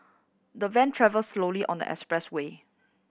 the van travelled slowly on the expressway